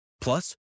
plus